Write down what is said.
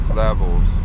levels